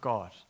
God